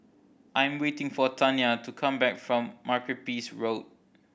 I am waiting for Tania to come back from Makepeace Road